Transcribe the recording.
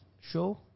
show